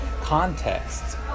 context